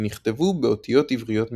שנכתבו באותיות עבריות מרובעות.